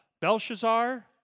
Belshazzar